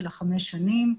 של החמש שנים,